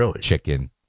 chicken